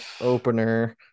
opener